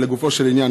אבל לגופו של עניין,